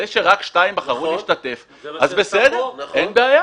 זה שרק שתיים בחרו להשתתף, אין בעיה.